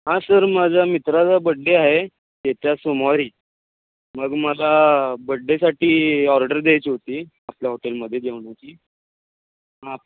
हां सर माझा मित्राचा बड्डे आहे येत्या सोमवारी मग मला बड्डेसाठी ऑर्डर द्यायची होती आपल्या हॉटेलमध्ये जेवणाची हां